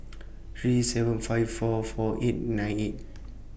three seven five four four eight nine eight